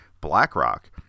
BlackRock